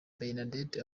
bernadette